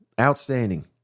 outstanding